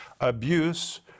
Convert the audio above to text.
abuse